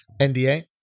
NDA